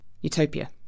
utopia